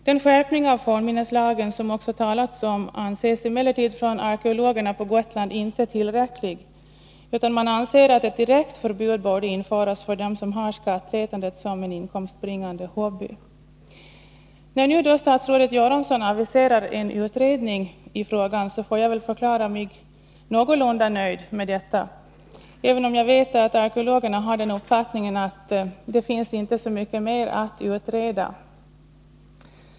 Den skärpning av fornminneslagen som det talats om anses av arkeologerna på Gotland inte vara tillräcklig, utan man anser att ett direkt förbud borde införas för dem som har skattletandet som en inkomstbringande hobby. När nu statsrådet Göransson aviserar en utredning i frågan får jag väl förklara mig någorlunda nöjd med detta, även om jag vet att arkeologerna har den uppfattningen att det inte finns så mycket mer att utreda.